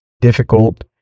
difficult